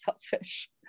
selfish